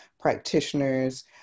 practitioners